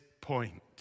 point